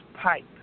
pipe